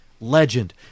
legend